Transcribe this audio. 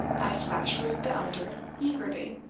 asked bashwood the elder, eagerly.